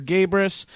Gabris